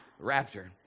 raptor